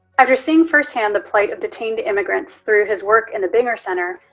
after seeing firsthand the plight of detained immigrants through his work in the binger center,